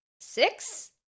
six